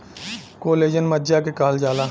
collagen मज्जा के कहल जाला